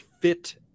fit